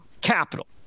capital